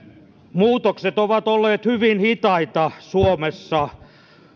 muutokset ovat olleet hyvin hitaita suomessa